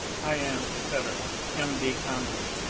i am, etc, m. d. conway.